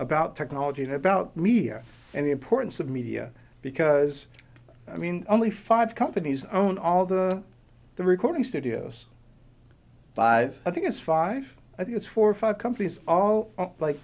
about technology and about media and the importance of media because i mean only five companies own all the the recording studios five i think it's five i think it's four or five companies all like